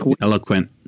Eloquent